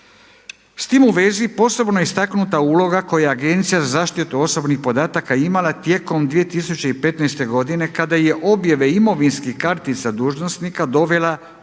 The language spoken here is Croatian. S tim u vezi posebno je istaknuta uloga koja Agencija za zaštitu osobnih podataka imala tijekom 2015. godine kada je objave imovinskih kartica dužnosnika dovela